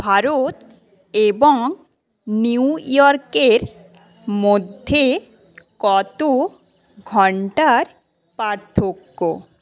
ভারত এবং নিউ ইয়র্কের মধ্যে কত ঘন্টার পার্থক্য